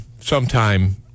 sometime